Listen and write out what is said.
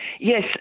Yes